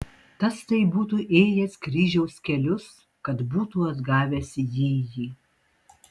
tas tai būtų ėjęs kryžiaus kelius kad būtų atgavęs jįjį